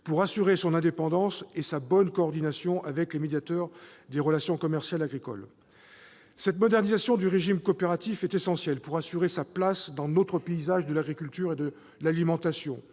pour assurer son indépendance et sa bonne coordination avec les médiateurs des relations commerciales agricoles. Cette modernisation du régime coopératif est essentielle pour assurer sa place dans notre paysage de l'agriculture et de l'alimentation.